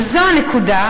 וזו הנקודה,